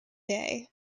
day